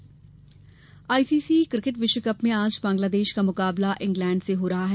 cricket ICC cricket विश्वकप में आज बांग्लादेश का मुकाबला इंग्लैंड से हो रहा है